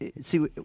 See